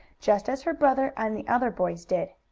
just as her brother and the other boys did.